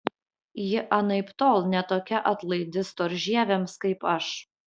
ji anaiptol ne tokia atlaidi storžieviams kaip aš